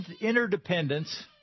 interdependence